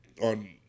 on